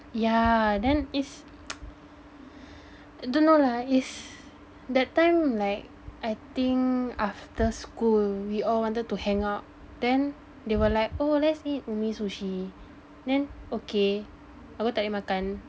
yeah then is don't know lah is that time like I think after school we all wanted to hang out then they were like oh let's eat Umisushi then okay aku tak boleh makan